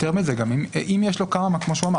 יתרה מזו, גם אם יש לו כמה מטרות, כמו שהוא אמר.